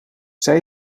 zij